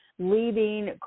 leaving